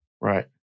Right